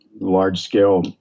large-scale